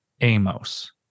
Amos